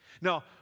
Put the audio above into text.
Now